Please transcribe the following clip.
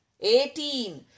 Eighteen